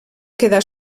quedar